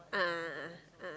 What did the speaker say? a'ah a'ah